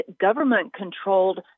government-controlled